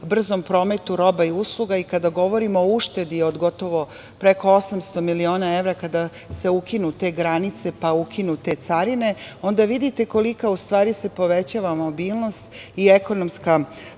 brzom prometu roba i usluga, i kada govorimo o uštedi od gotovo preko 800 miliona evra kada se ukinu te granice, pa ukinu te carine, onda vidite koliko se u stvari povećava mobilnost i ekonomska